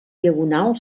diagonal